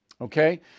Okay